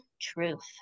truth